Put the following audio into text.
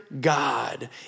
God